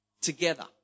together